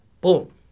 Boom